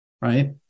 right